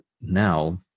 now